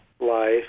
life